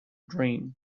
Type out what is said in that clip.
dream